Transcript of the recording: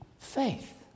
Faith